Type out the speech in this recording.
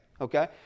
okay